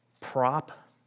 prop